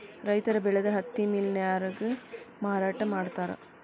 ರೈತರ ಬೆಳದ ಹತ್ತಿ ಮಿಲ್ ನ್ಯಾರಗೆ ಮಾರಾಟಾ ಮಾಡ್ತಾರ